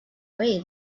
away